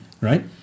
right